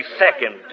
second